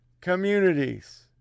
communities